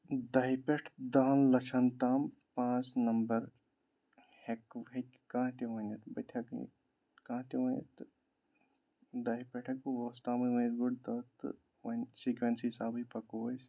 دَہیہِ پٮ۪ٹھ دَہَن لَچھَن تام پانٛژھ نَمبَر ہٮ۪کو ہٮ۪کہِ کانٛہہ تہِ ؤنِتھ بہٕ تہِ ہٮ۪کہٕ ؤنِتھ کانٛہہ تہِ ؤنِتھ تہٕ دَہیہِ پٮ۪ٹھٕ ہٮ۪کہٕ بہٕ وُہَس تام ؤنِتھ گۅڈٕ تہٕ وۅنۍ سیٖکۅنٛسٕے حِسابٕے پَکو أسۍ